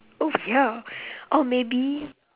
oh ya or maybe